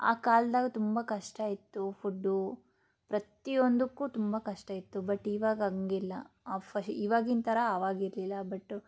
ಆ ಕಾಲ್ದಾಗೆ ತುಂಬ ಕಷ್ಟ ಇತ್ತು ಫುಡ್ಡು ಪ್ರತಿಯೊಂದಕ್ಕೂ ತುಂಬ ಕಷ್ಟ ಇತ್ತು ಬಟ್ ಇವಾಗ ಹಾಗಿಲ್ಲ ಆಫ ಇವಾಗಿನ ಥರ ಆವಾಗ ಇರಲಿಲ್ಲ ಬಟ್ಟು